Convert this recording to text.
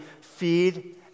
feed